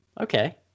Okay